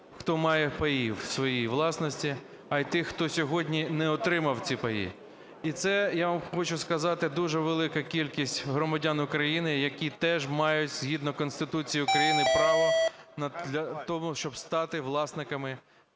хто має паї в своїй власності, а й тих, хто сьогодні не отримав ці паї. І це, я вам хочу сказати, дуже велика кількість громадян України, які теж мають згідно Конституції України право того, щоб стати власниками